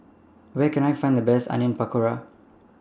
Where Can I Find The Best Onion Pakora